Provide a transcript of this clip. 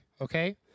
Okay